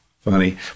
Funny